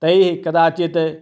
तैः कदाचित्